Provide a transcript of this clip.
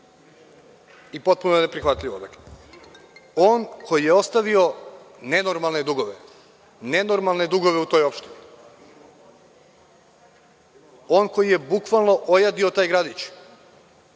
i potpuno je neprihvatljivo. On koji je ostavio nenormalne dugove. Nenormalne dugove u toj opštini. On koji je bukvalno ojadio taj gradić,